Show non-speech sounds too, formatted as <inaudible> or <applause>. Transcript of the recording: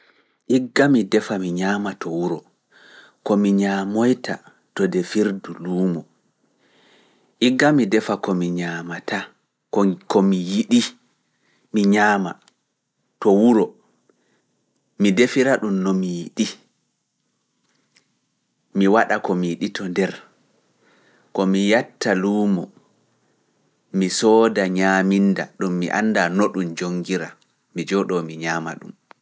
Igga mi defa mi ñaama to wuro, ko mi ñaamoyta to defirdu luumo. Igga mi defa ko mi ñaamata, ko mi yiɗi, mi ñaama to wuro, mi defira ɗum no mi yiɗi, mi waɗa ko mi yiɗi to nder. Ko <hesitation> mi yatta luumo, mi sooda ñaaminda ɗum mi annda no ɗum joongira, mi jooɗoo mi ñaama ɗum.